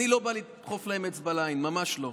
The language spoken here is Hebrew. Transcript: אני לא בא לדחוף להם אצבע לעין, ממש לא.